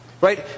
Right